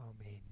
Amen